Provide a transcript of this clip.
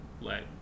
let